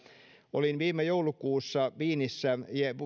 olin viime joulukuussa wienissä